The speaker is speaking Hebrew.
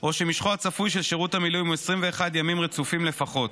או שמשכו הצפוי של שירות המילואים הוא 21 ימים רצופים לפחות.